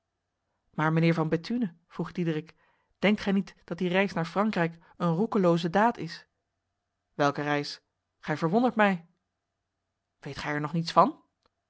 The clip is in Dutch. maar mijnheer van bethune vroeg diederik denkt gij niet dat die reis naar frankrijk een roekeloze daad is welke reis gij verwondert mij weet gij er nog niets van